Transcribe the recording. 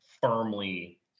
firmly